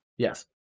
Yes